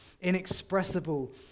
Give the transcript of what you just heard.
inexpressible